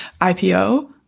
IPO